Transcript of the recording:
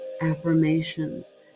affirmations